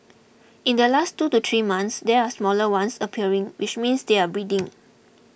in the last two to three months there are smaller ones appearing which means they are breeding